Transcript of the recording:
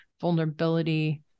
vulnerability